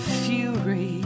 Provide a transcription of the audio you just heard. fury